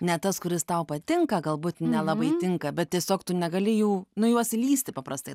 ne tas kuris tau patinka galbūt nelabai tinka bet tiesiog tu negali jų nu į juos įlįsti paprastai